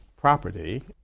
property